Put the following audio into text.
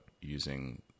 using